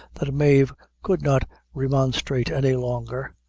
that mave could not remonstrate any longer,